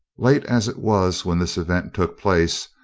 late as it was when this event took place,